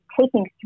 taking